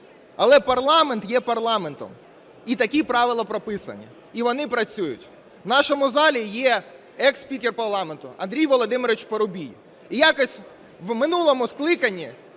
Але парламент є парламентом, і такі правила прописані, і вони працюють. В нашому залі є ексспікер парламенту Андрій Володимирович Парубій. І якось в минулому скликанні